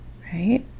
right